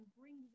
bring